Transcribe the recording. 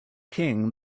king